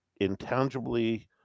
intangibly